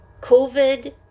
COVID